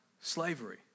slavery